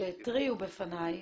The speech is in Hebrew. שהתריעו בפניי.